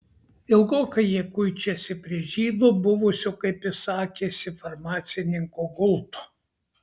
ilgokai jie kuičiasi prie žydo buvusio kaip jis sakėsi farmacininko gulto